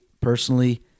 personally –